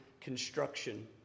construction